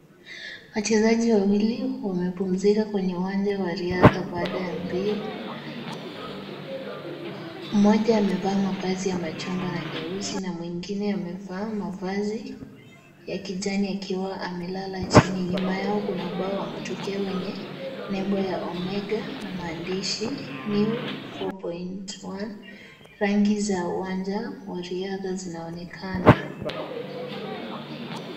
Wachezaji wawili wamepumzika kwenye uwanja wa riadha baada ya mbio. Mmoja amevaa mavazi ya machungwa na nyeusi, na mwingine amevaa mavazi ya kijani akiwa amelala chini nyuma yao kuna ubao wa matokeo yenye nembo ya Omega na maandishi New 4.1 rangi za uwanja wa riadha zinaonekana.